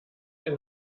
der